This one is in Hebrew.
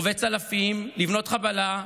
רובי צלפים, לבנות חבלה,